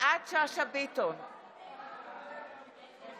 טיפול נפשי בגלל טראומה כזאת או אחרת,